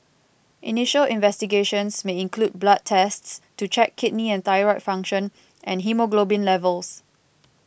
initial investigations may include blood tests to check kidney and thyroid function and haemoglobin levels